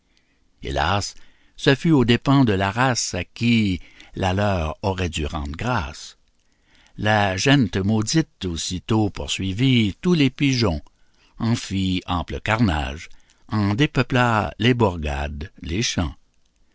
hélas ce fut aux dépens de la race à qui la leur aurait dû rendre grâce la gent maudite aussitôt poursuivit tous les pigeons en fit ample carnage en dépeupla les bourgades les champs